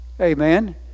Amen